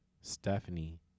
Stephanie